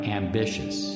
ambitious